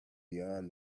beyond